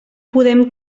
podem